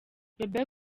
bebe